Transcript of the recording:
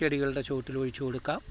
ചെടികളുടെ ചുവട്ടിലൊഴിച്ചു കൊടുക്കാം